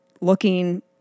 looking